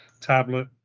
tablet